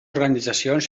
organitzacions